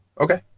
Okay